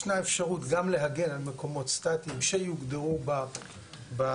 ישנה אפשרות גם להגן על מקומות סטטיים שיוגדרו בתנאים,